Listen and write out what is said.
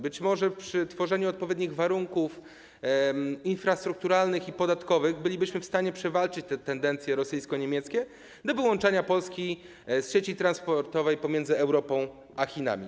Być może przy tworzeniu odpowiednich warunków infrastrukturalnych i podatkowych bylibyśmy w stanie przewalczyć te tendencje rosyjsko-niemieckie do wyłączenia Polski z sieci transportowej pomiędzy Europą a Chinami.